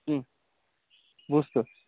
بوٗزتھٕ